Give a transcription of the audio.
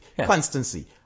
Constancy